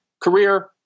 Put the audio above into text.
career